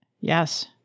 Yes